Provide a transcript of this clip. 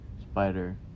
Spider